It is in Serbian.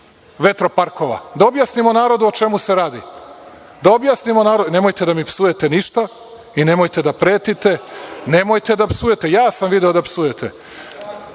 vetroparkova, da objasnimo narodu o čemu se radi? Nemojte da mi psujete ništa, nemojte da pretite. Nemojte da psujete. Ja sam video da psujete…